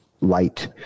light